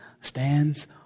stands